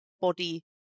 body